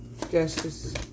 Justice